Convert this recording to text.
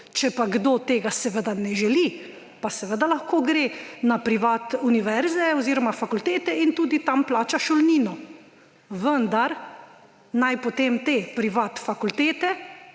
Če pa kdo tega ne želi, pa seveda lahko gre na privatne univerze oziroma fakultete in tudi tam plača šolnino, vendar naj potem te privatne fakultete,